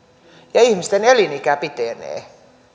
ja ihmisten elinikä pitenee